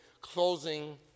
closing